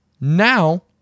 now